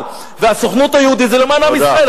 והסוכנות היהודית זה למען עם ישראל,